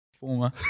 Former